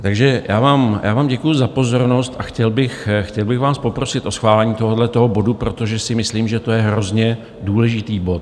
Takže já vám děkuji za pozornost a chtěl bych vás poprosit o schválení tohohle toho bodu, protože si myslím, že to je hrozně důležitý bod.